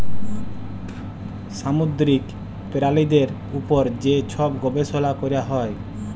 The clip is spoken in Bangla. সামুদ্দিরিক পেরালিদের উপর যে ছব গবেষলা ক্যরা হ্যয়